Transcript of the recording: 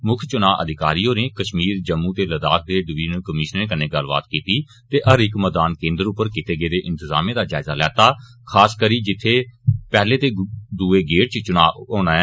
मुक्ख चुनां अधिकारी होरें कश्मीर जम्मू ते लद्दाख दे डिविजनल कमीश्नरें कन्नै गल्लबात कीती ते हर इक मतदान केंद्र उप्पर कीते गेदे इंतजामें दा जायजा लैता खास करी जित्थै पैहले ते दूए गेड़ च चुनां होना ऐ